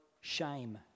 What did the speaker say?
shame